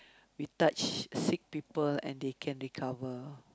we touch sick people and they can recover